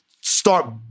start